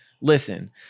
listen